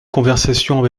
conversation